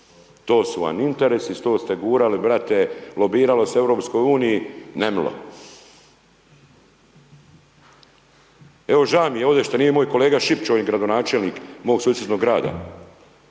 to su vam interesi i to ste gurali, brate, lobiralo se u Europskoj uniji nemilo. Evo ža' mi je ovdje što nije moj kolega Šipić, on je gradonačelnik mog susjednog grada,